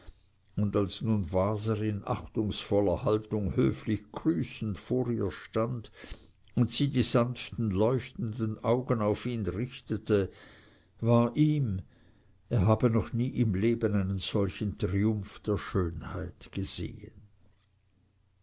und als nun waser in achtungsvoller haltung höflich grüßend vor ihr stand und sie die sanften leuchtenden augen auf ihn richtete war ihm er habe noch nie im leben einen solchen triumph der schönheit gesehen